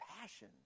passion